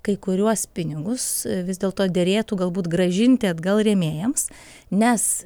kai kuriuos pinigus vis dėlto derėtų galbūt grąžinti atgal rėmėjams nes